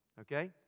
okay